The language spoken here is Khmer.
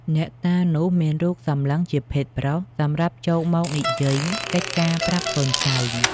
អ្នកតានោះ មានរូបសម្លឹងជាភេទប្រុស សម្រាប់ចូលមកនិយាយកិច្ចការប្រាប់កូនចៅ ។